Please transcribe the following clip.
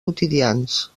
quotidians